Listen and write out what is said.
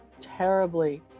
terribly